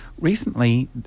recently